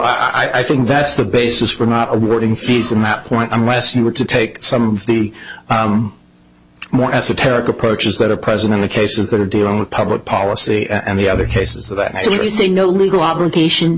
so i think that's the basis for not awarding fees and map point unless you were to take some of the more esoteric approaches that are present in the cases that are dealing with public policy and the other cases so that as we say no legal obligation